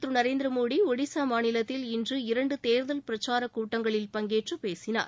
பிரதமர் திரு நரேந்திர மோடி ஒடிசா மாநிலத்தில் இன்று இரண்டு தேர்தல் பிரச்சாரக் கூட்டங்களில் பங்கேற்று பேசினார்